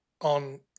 on